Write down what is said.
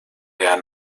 der